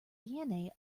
dna